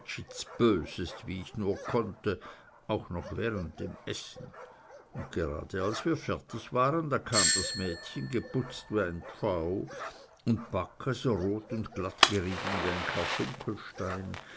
wie ich nur konnte auch noch während dem essen und gerade als wir fertig waren siehe da kam das mädchen geputzt wie ein pfau und backe so rot und glattgerieben wie ein